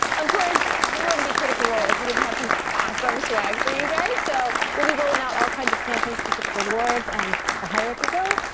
of course, we wouldn't be critical role if we didn't have some awesome swag for you guys. so we'll be rolling out all kinds of campaign specific rewards, and the higher up you go,